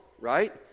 right